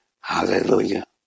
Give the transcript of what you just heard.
Hallelujah